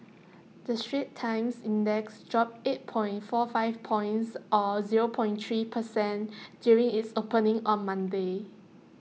the straits times index dropped eight point four five points or zero point three per cent during its opening on Monday